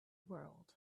world